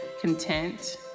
content